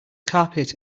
carpet